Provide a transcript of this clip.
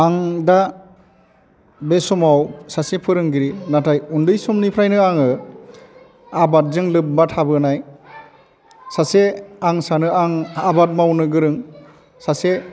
आं दा बे समाव सासे फोरोंगिरि नाथाय उन्दै समनिफ्रायनो आङो आबादजों लोब्बा थाबोनाय सासे आं सानो आं आबाद मावनो गोरों सासे